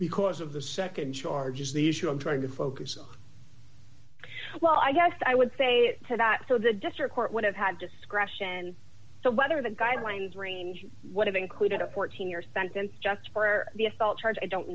because of the nd charge is the issue i'm trying to focus on well i guess i would say to that so the district court would have had discretion whether the guidelines range what it included a fourteen year sentence just for the assault charge i don't